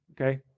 okay